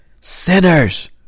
sinners